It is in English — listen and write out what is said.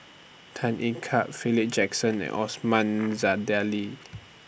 Tan Ean Car Philip Jackson and Osman